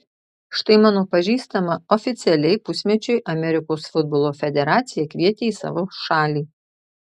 štai mano pažįstamą oficialiai pusmečiui amerikos futbolo federacija kvietė į savo šalį